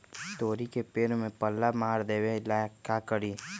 तोड़ी के पेड़ में पल्ला मार देबे ले का करी?